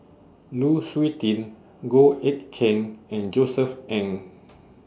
Lu Suitin Goh Eck Kheng and Josef Ng